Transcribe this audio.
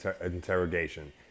interrogation